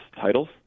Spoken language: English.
titles